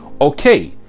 okay